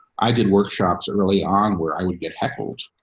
i did workshops early on where i would get heckled.